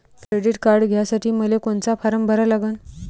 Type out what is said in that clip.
Credit card घ्यासाठी मले कोनचा फारम भरा लागन?